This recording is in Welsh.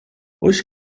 oes